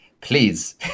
Please